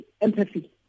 empathy